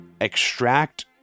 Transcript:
extract